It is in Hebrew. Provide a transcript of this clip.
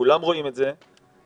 כולם רואים את זה,